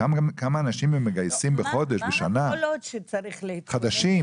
כמה אנשים מגייסים בחודש, בשנה, חדשים?